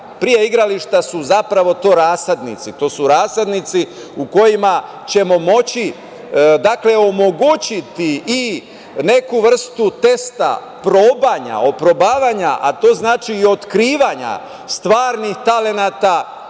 pre igrališta su zapravo to rasadnici u kojima ćemo moći omogućiti i neku vrstu testa, probanja, oprobavanja, a to znači i otkrivanja stvarnih talenata,